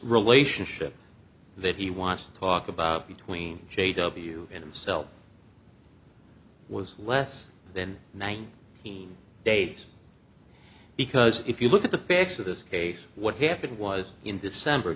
relationship that he wants to talk about between j w and himself was less then ninety days because if you look at the facts of this case what happened was in december